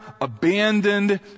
abandoned